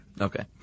Okay